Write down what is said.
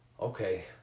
okay